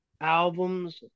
albums